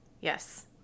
Yes